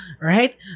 right